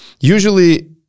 usually